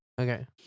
Okay